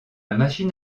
machine